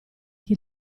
chi